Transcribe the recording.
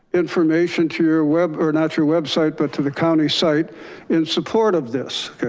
information to your web or natural website, but to the county site in support of this,